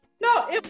No